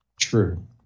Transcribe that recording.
True